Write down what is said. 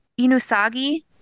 Inusagi